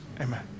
Amen